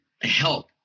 help